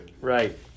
Right